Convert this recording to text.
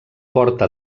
porta